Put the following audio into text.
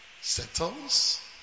settles